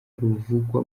ruvugwa